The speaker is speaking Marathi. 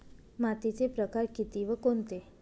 मातीचे प्रकार किती व कोणते?